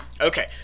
Okay